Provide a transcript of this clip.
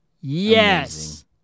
Yes